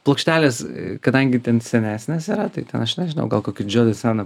plokštelės kadangi ten senesnės yra tai ten aš nežinau gal kokių senų